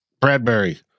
Bradbury